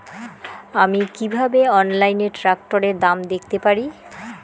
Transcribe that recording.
আমি কিভাবে অনলাইনে ট্রাক্টরের দাম দেখতে পারি?